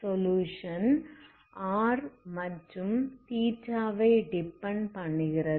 சொலுயுஷன்r மற்றும் θ வை டிப்பெண்ட் பண்ணுகிறது